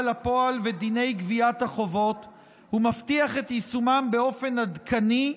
לפועל ודיני גביית החובות ומבטיחה את יישומם באופן עדכני,